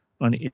on